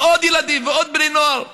ועוד ילדים ועוד בני נוער.